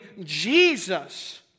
Jesus